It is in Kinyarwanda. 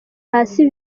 hasi